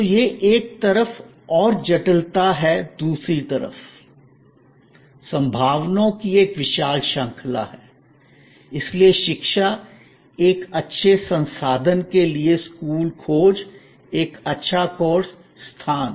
तो यह एक तरफ ओर जटिलता है दूसरी तरफ संभावनाओं की एक विशाल श्रृंखला है इसलिए शिक्षा एक अच्छे संस्थान के लिए स्कूल खोज एक अच्छा कोर्स स्थान